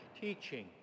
teaching